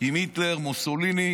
עם היטלר, מוסוליני